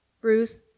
Bruce